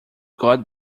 god